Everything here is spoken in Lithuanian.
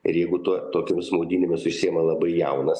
ir jeigu tuo tokiomis maudynėmis užsiima labai jaunas